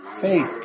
Faith